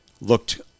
Looked